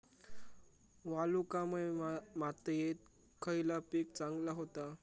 वालुकामय मातयेत खयला पीक चांगला होता?